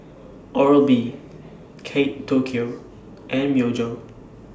Oral B Kate Tokyo and Myojo